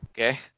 okay